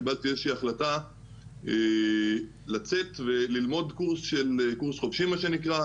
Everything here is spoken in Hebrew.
קיבלתי איזושהי החלטה לצאת וללמוד קורס חובשים מה שנקרא,